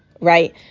right